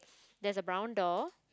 there's a brown door